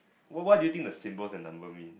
what what do you think the symbols and number mean